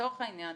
לצורך העניין,